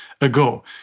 ago